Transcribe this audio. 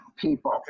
people